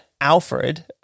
Alfred